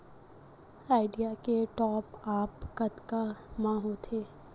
Idea के top आप कतका म होथे?